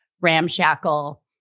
ramshackle